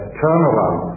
turnaround